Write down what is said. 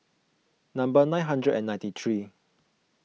number nine hundred and ninety three